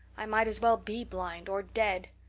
i might as well be blind or dead.